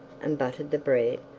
and buttered the bread,